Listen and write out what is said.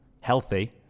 healthy